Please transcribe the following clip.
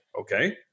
Okay